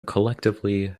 collectively